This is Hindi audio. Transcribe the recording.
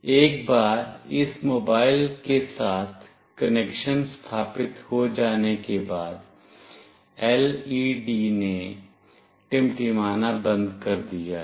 एक बार इस मोबाइल के साथ कनेक्शन स्थापित हो जाने के बाद LED ने टिमटिमाना बंद कर दिया है